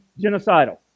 genocidal